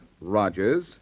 Rogers